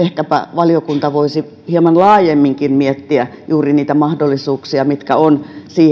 valiokunta voisi ehkäpä hieman laajemminkin miettiä juuri niitä mahdollisuuksia mitkä on siihen